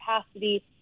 capacity